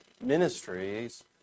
ministries